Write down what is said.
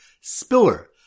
spiller